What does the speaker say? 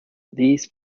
these